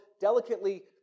delicately